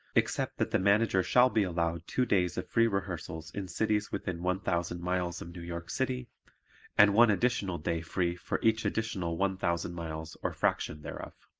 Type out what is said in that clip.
except that the manager shall be allowed two days of free rehearsals in cities within one thousand miles of new york city and one additional day free for each additional one thousand miles or fraction thereof.